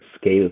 scale